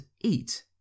eat